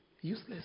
useless